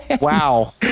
Wow